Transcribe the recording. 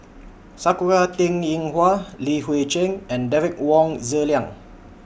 Sakura Teng Ying Hua Li Hui Cheng and Derek Wong Zi Liang